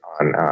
on